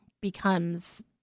becomes